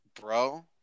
Bro